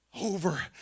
over